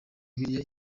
bibiliya